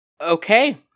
Okay